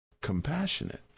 compassionate